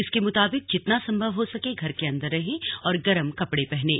इसके मुताबिक जितना संभव हो सके घर के अंदर रहें और गरम कपड़े पहनें